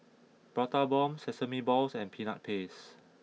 Prata Bomb Sesame Balls and Peanut Paste